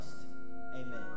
Amen